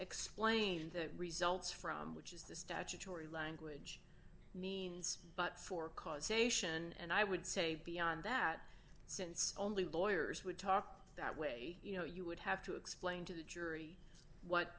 explain the results from which is the statutory language means but for causation and i would say beyond that since only lawyers would talk that way you know you would have to explain to the jury what